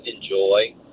enjoy